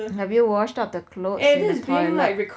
have you washed up the clothes in the toilet